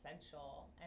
essential